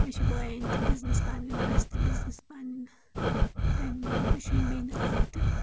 مےٚ چھُ باین تہِ بزنٮ۪س پَنُن اسہِ تہِ بزنٮ۪س پَنُن تَمہِ موٗجوب بیٚیہِ چھُ مےٚ بیٚنہِ اکھ تہِ